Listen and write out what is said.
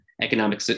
economic